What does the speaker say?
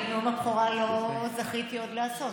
כי את נאום הבכורה לא זכיתי עוד לעשות,